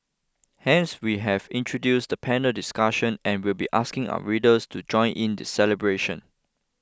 hence we have introduced the panel discussion and we'll be asking our readers to join in the celebration